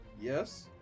Yes